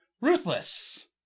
Ruthless